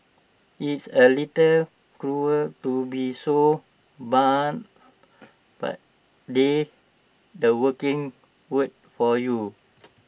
it's A little cruel to be so blunt but that's the working world for you